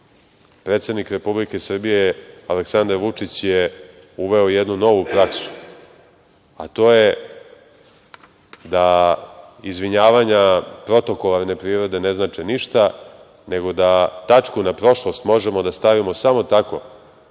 Predsednik Republike Srbije Aleksandar Vučić je uveo jednu novu praksu, a to je da izvinjavanja protokolarne prirode ne znače ništa, nego da tačku na prošlost možemo da stavimo samo tako